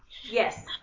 Yes